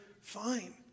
fine